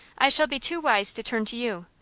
i shall be too wise to turn to you.